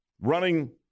running